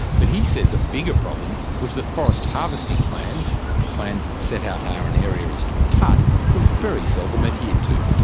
but he says a bigger problem was that forest harvesting plans the plans that set out how an area is to be cut were very seldom adhered to.